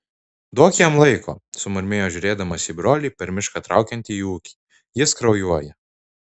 duok jam laiko sumurmėjo žiūrėdamas į brolį per mišką traukiantį į ūkį jis kraujuoja